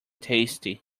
tasty